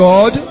God